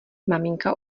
maminka